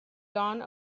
gone